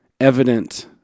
evident